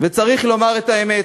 וצריך לומר את האמת.